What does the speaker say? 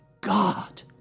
God